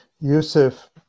Yusuf